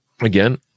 Again